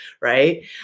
right